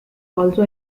also